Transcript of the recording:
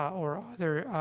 or other,